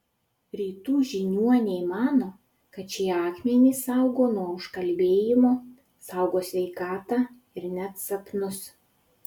rytų žiniuoniai mano kad šie akmenys saugo nuo užkalbėjimo saugo sveikatą ir net sapnus